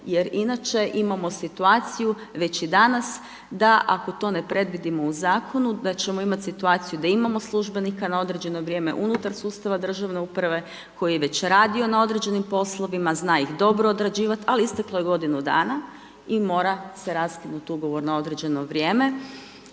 Jer inače imamo situaciju već i danas da ako to ne predvidimo u zakonu da ćemo imati situaciju da imamo službenika na određeno vrijeme unutar sustav državne uprave koji je već radi o na određenim poslova, zna ih dobro odrađivati ali isteklo je godinu dana i mora se raskinuti ugovor na određeno vrijeme